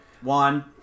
one